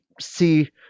see